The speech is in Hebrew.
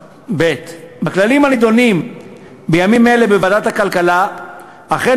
בכללים הנדונים בימים אלה בוועדת הכלכלה אכן